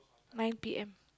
nine P M